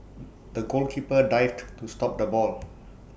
the goalkeeper dived to stop the ball